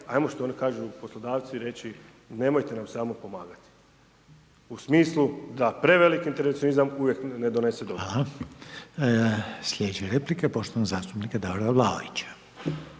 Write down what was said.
hajmo, što oni kažu poslodavci, reći nemojte nam samo pomagati u smislu da preveliki intervencionizam uvijek ne donese dobro. **Reiner, Željko (HDZ)** Hvala. Sljedeća replika je poštovanog zastupnika Davora Vlaovića.